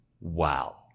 wow